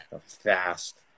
Fast